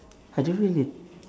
I don't really